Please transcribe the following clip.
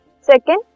Second